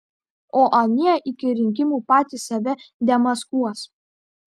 o anie iki rinkimų patys save demaskuos